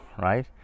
right